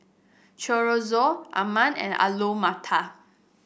Chorizo and Alu Matar